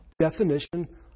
definition